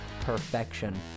perfection